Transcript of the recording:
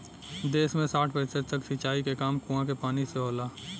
देस में साठ प्रतिशत तक सिंचाई के काम कूंआ के पानी से होला